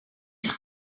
zich